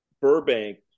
Burbank